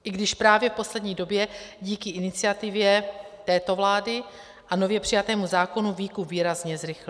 I když právě v poslední době díky iniciativě této vlády a nově přijatému zákonu výkup výrazně zrychlil.